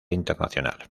internacional